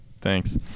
thanks